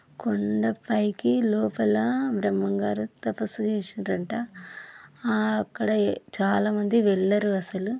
కొండపైకి లోపల బ్రహ్మంగారు తపస్సు చేసారంటా అక్కడ చాలా మంది వెళ్ళరు అసలు